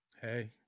Hey